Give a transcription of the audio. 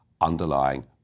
underlying